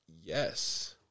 Yes